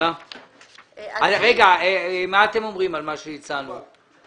מה אתם אומרים על מה שהצענו?